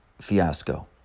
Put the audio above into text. fiasco